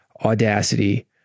audacity